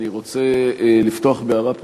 אני רוצה לפתוח בהערה פרוצדורלית.